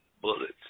bullets